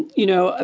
you know, ah